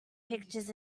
pictures